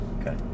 okay